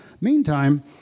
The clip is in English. Meantime